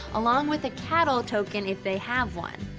along with a cattle token, if they have one.